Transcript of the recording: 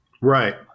Right